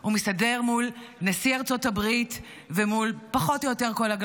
הוא מסתדר מול נשיא ארצות הברית ומול פחות או יותר כל,